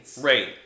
Right